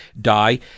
die